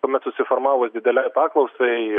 kuomet susiformavus didelei paklausai